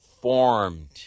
formed